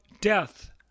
death